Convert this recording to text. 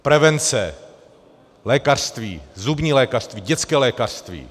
Prevence, lékařství, zubní lékařství, dětské lékařství.